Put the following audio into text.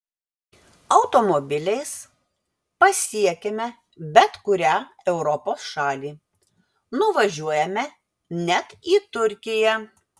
automobiliais pasiekiame bet kurią europos šalį nuvažiuojame net į turkiją